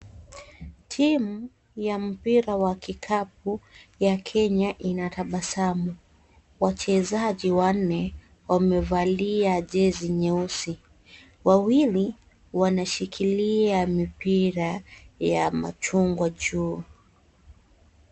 Timu ya mpira wa kikapu ya Kenya inatabasamu. Wachezaji wanne wamevalia jezi nyeusi. Wawili wanashikilia mipira ya machungwa juu.